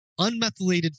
unmethylated